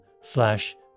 slash